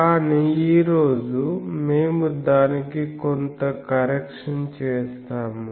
కానీ ఈ రోజు మేము దానికి కొంత కరెక్షన్ చేస్తాము